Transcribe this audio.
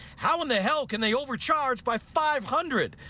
how in the hell can they overcharge by five hundred?